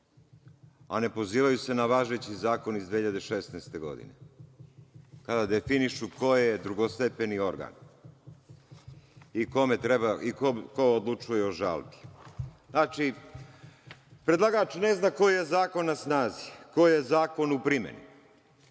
a ne pozivaju se na važeći zakon iz 2016. godine kada definišu ko je drugostepeni organ i ko odlučuje o žalbi. Znači, predlagač ne zna koji je zakon na snazi, koji je zakon u primeni,